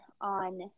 on